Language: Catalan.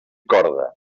corda